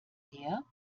her